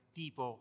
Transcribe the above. tipo